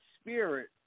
spirit